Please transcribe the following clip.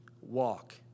walk